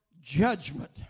judgment